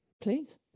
Please